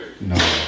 No